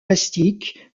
plastique